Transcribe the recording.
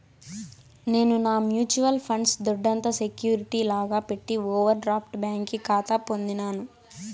నేను నా mutual funds దొడ్డంత సెక్యూరిటీ లాగా పెట్టి ఓవర్ డ్రాఫ్ట్ బ్యాంకి కాతా పొందినాను